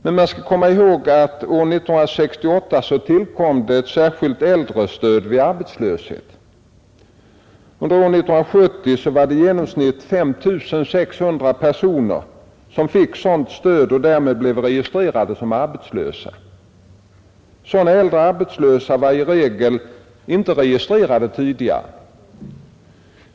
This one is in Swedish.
Men man skall komma ihåg att år 1968 tillkom ett särskilt äldrestöd vid arbetslöshet. Under år 1970 var det i genomsnitt 5 600 personer som fick sådant stöd och därmed blev registrerade som arbetslösa. Sådana äldre arbetslösa var i regel inte registrerade tidigare.